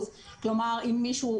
כלומר אם מישהו,